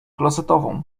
klozetową